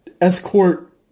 escort